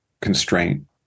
constraint